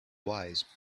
wise